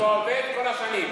זה עובד כל השנים.